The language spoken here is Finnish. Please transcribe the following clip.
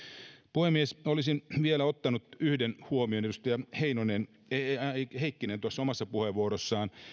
puhemies olisin vielä ottanut yhden huomion edustaja heikkinen tuossa omassa puheenvuorossaan